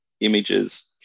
images